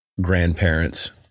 grandparents